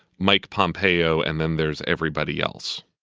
mike pompeo and then there's everybody else